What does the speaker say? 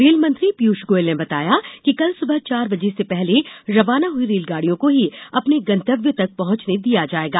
rail मंत्री पीयूष गोयल ने बताया कि कल सुबह चार बजे से पहले रवाना हुई रेलगाडियों को ही अपने गन्तव्य पर पहॅचने दिया जायेगा